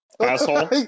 Asshole